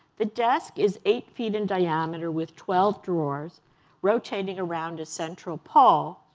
the desk is eight feet in diameter with twelve drawers rotating around a central pole.